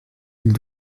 ils